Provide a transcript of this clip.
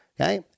okay